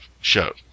show